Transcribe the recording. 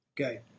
Okay